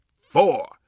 four